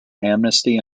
amnesty